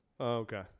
Okay